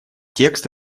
текст